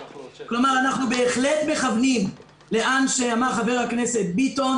כלומר אנחנו בהחלט מכוונים לאן שאמר חבר הכנסת ביטון,